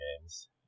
games